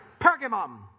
Pergamum